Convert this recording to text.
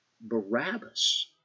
Barabbas